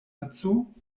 dazu